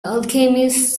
alchemist